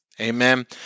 Amen